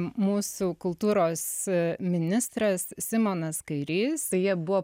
mūsų kultūros ministras simonas kairys tai jie buvo